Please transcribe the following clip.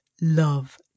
love